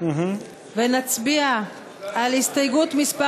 ונצביע על הסתייגות מס'